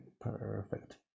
perfect